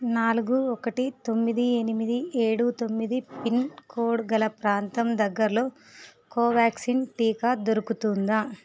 నాలుగు ఒకటి తొమ్మిది ఎనిమిది ఏడు తొమ్మిది పిన్కోడ్ గల ప్రాంతం దగ్గరలో కోవ్యాక్సిన్ టీకా దొరుకుతుందా